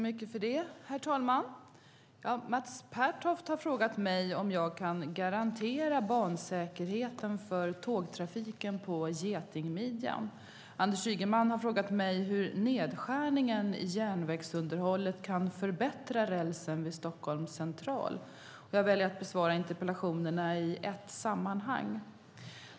Herr talman! Mats Pertoft har frågat mig om jag kan garantera bansäkerheten för tågtrafiken på getingmidjan. Anders Ygeman har frågat mig hur nedskärningen i järnvägsunderhållet kan förbättra rälsen vid Stockholms central. Jag väljer att besvara interpellationerna i ett sammanhang.